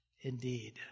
indeed